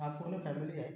हां पूर्ण फॅमिली आहे